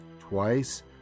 twice